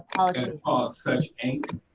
ah kind of cause such aches,